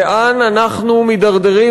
לאן אנחנו מידרדרים?